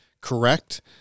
correct